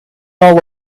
all